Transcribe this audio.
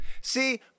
See